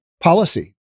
Policy